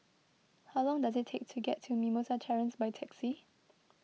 how long does it take to get to Mimosa Terrace by taxi